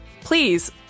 please